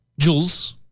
Jules